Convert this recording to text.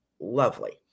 Lovely